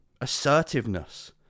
Assertiveness